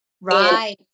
Right